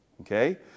Okay